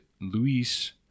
Luis